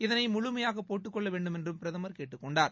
இதனை முழுமையாக போட்டுக் கொள்ள வேண்டுமென்றும் பிரதமர் கேட்டுக் கொண்டார்